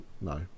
no